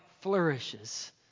flourishes